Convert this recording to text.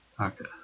Okay